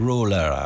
Ruler